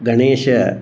गणेशः